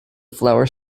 flowers